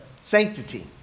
sanctity